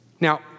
Now